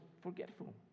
forgetful